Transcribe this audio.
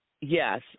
Yes